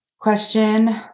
question